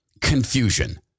Confusion